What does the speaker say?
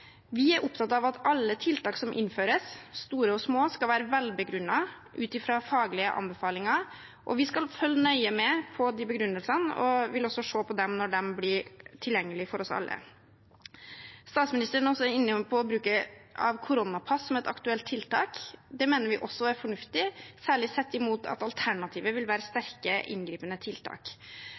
Vi er opptatt av at alle tiltak som innføres, store og små, skal være velbegrunnet ut fra faglige anbefalinger. Vi skal følge nøye med på de begrunnelsene og vil se på dem når de blir tilgjengelige for oss alle. Statsministeren er også inne på bruk av koronapass som et aktuelt tiltak. Det mener vi også er fornuftig, særlig sett opp mot at alternativet vil være sterke, inngripende tiltak.